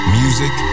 music